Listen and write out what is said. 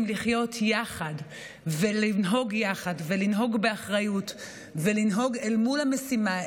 לחיות יחד ולנהוג יחד ולנהוג באחריות ולנהוג אל מול המשימה,